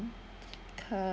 ca~